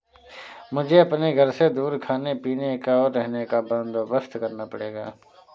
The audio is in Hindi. मुझे अपने घर से दूर खाने पीने का, और रहने का बंदोबस्त करना पड़ेगा